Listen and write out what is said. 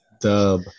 dub